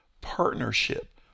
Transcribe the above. partnership